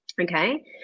Okay